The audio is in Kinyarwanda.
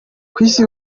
kwisi